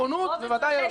ודאי היושב-ראש.